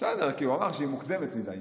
כי הוא אמר שהיא מוקדמת מדיי.